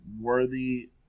worthy